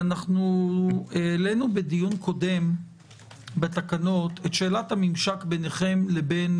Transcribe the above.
אנחנו העלינו בדיון קודם בתקנות את שאלת הממשק ביניכם לבין